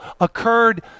occurred